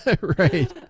right